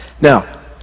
Now